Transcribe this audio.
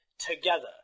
together